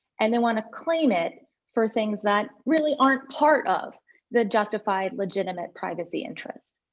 and they want to claim it for things that really aren't part of the justified legitimate privacy interest.